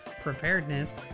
Preparedness